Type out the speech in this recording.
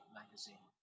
magazine